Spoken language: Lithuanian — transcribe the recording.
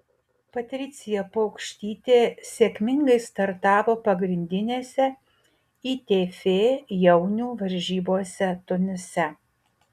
patricija paukštytė sėkmingai startavo pagrindinėse itf jaunių varžybose tunise